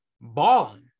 balling